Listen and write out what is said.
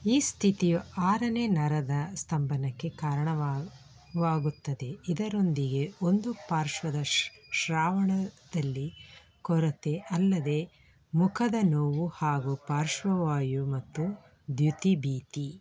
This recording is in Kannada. ಈ ಸ್ಥಿತಿಯು ಆರನೆ ನರದ ಸ್ಥಂಭನಕ್ಕೆ ಕಾರಣವಾಗಿ ವಾಗುತ್ತದೆ ಇದರೊಂದಿಗೆ ಒಂದು ಪಾರ್ಶ್ವದ ಶ್ರಾವಣದಲ್ಲಿ ಕೊರತೆ ಅಲ್ಲದೇ ಮುಖದ ನೋವು ಹಾಗೂ ಪಾರ್ಶ್ವವಾಯು ಮತ್ತು ದ್ಯುತಿ ಭೀತಿ